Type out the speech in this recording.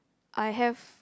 I have